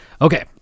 okay